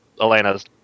Elena's